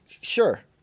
Sure